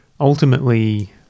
ultimately